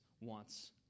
wants